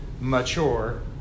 mature